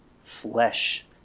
flesh